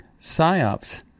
PSYOPs